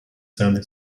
sandy